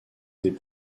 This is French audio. des